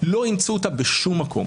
אימצו את ההתגברות בשום מקום.